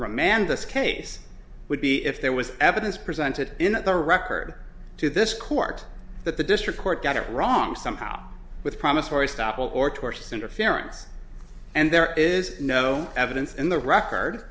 remand this case would be if there was evidence presented in the record to this court that the district court got it wrong somehow with promissory estoppel or tortious interference and there is no evidence in the record